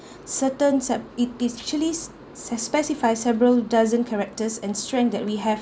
certain set it is actually specify several dozen characters and strength that we have